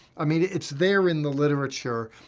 i mean, it's there in the literature.